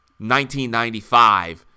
1995